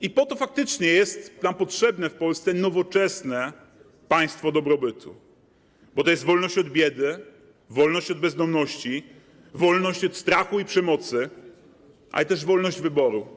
I po to faktycznie jest nam potrzebne w Polsce nowoczesne państwo dobrobytu, bo to jest wolność od biedy, wolność od bezdomności, wolność od strachu i przemocy, ale też wolność wyboru.